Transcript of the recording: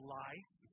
life